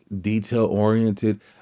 detail-oriented